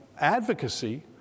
advocacy